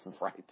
Right